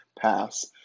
pass